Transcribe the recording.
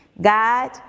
God